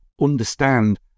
understand